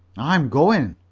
i'm going.